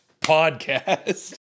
podcast